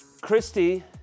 Christy